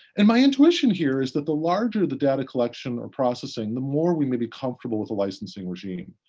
and my intuition here is that the larger the data collection or processing, the more we may be comfortable with a licensing regime.